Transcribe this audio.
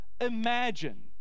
imagine